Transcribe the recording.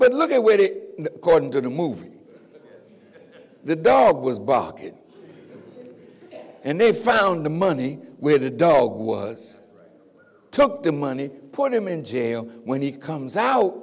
according to the movie the dog was barking and they found the money where the dog was took the money put him in jail when he comes out